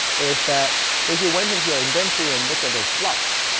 is that if you went into your inventory and looked at those blocks,